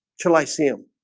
till i see him,